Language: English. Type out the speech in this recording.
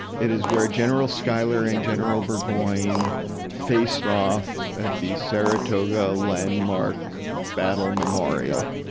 it is where general schuyler and general burgoyne faced off at the saratoga landmark battle memorial.